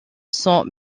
sont